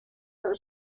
her